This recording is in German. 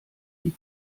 die